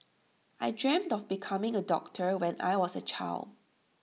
I dreamt of becoming A doctor when I was A child